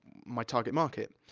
my target market.